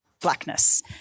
blackness